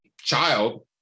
child